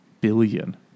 Billion